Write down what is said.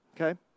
okay